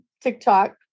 TikTok